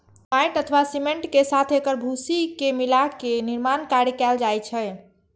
माटि अथवा सीमेंट के साथ एकर भूसी के मिलाके निर्माण कार्य कैल जाइ छै